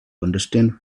understand